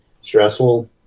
stressful